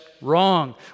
wrong